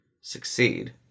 succeed